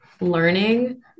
learning